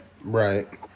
Right